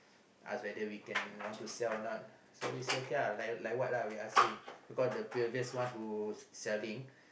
ask whether we can want to sell or not so we say okay uh like like what uh we ask him because the previous one who selling